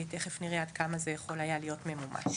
תיכף נראה עד כמה זה יכול היה להיות ממומש.